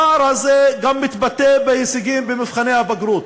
הפער הזה גם מתבטא בהישגים במבחני הבגרות,